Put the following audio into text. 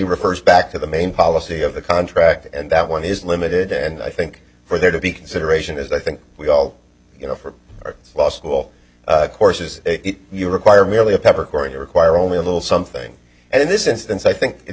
refers back to the main policy of the contract and that one is limited and i think for there to be consideration as i think we all know for law school courses you require merely a pepper corey require only a little something and in this instance i think it's